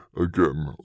again